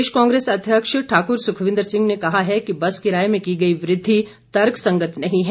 प्रदेश कांग्रेस अध्यक्ष ठाकुर सुखविन्द्र सिंह ने कहा है कि बस किराए में की गई वृद्धि तर्कसंगत नहीं है